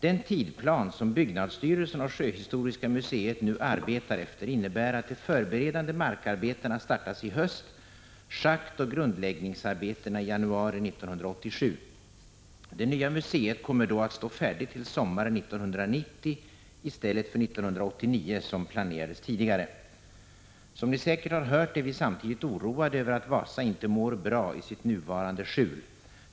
Den tidplan som byggnadsstyrelsen och Sjöhistoriska museet nu arbetar efter innebär att de förberedande markarbetena startas i höst, schaktoch grundläggningsarbetena i januari 1987. Det nya museet kommer då att stå färdigt till sommaren 1990 i stället för 1989 som planerades tidigare. Som Ni säkert har hört är vi samtidigt oroade över att Wasa inte mår bra i sitt nuvarande skjul.